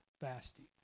fasting